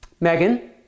Megan